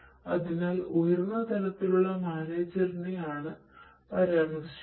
അതിനാൽ ഉയർന്ന തലത്തിലുള്ള മാനേജറിനെ ആണ് പരാമർശിക്കുന്നത്